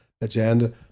agenda